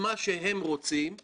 ובמקומות שלא הצליחו.